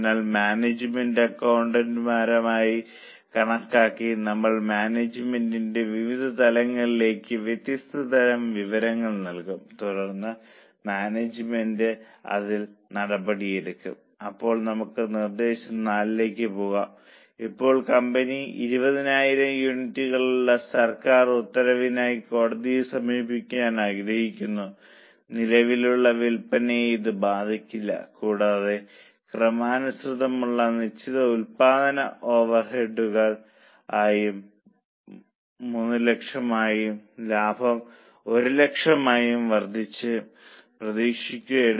അതിനാൽ management accountant മാരായി കണക്കാക്കി നമ്മൾ മാനേജ്മെന്റിന്റെ വിവിധ തലങ്ങളിലേക്ക് വ്യത്യസ്ത തരം വിവരങ്ങൾ നൽകും തുടർന്ന് മാനേജ്മെന്റ് അതിൽ നടപടിയെടുക്കണം ഇപ്പോൾ നമുക്ക് നിർദ്ദേശം 4 ലേക്ക് പോകാം ഇപ്പോൾ കമ്പനി 20000 യൂണിറ്റുകൾക്കുള്ള സർക്കാർ ഉത്തരവിനായി കോടതിയെ സമീപിക്കാൻ ആഗ്രഹിക്കുന്നു നിലവിലുള്ള വിൽപ്പനയെ ഇത് ബാധിക്കില്ല കൂടാതെ ക്രമാനുസൃതമുള്ള നിശ്ചിത ഉൽപാദന ഓവർഹെഡുകൾ 300000 ആയും ലാഭം 100000 ആയും വർദ്ധിക്കുമെന്ന് പ്രതീക്ഷിക്കുന്നു